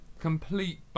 complete